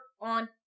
on